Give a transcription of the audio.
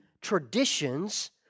traditions